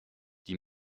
die